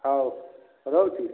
ହଉ ରହୁଛି